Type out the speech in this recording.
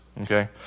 Okay